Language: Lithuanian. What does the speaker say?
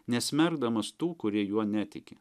nesmerkdamas tų kurie juo netiki